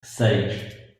seis